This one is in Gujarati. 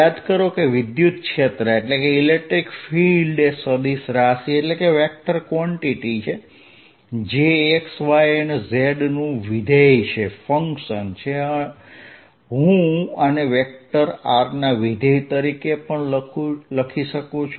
યાદ કરો કે વિદ્યુત ક્ષેત્ર એ સદિશ રાશિ છે જે x y અને z નું વિધેય છે હું આને વેક્ટર r ના વિધેય તરીકે પણ લખી શકું છું